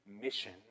mission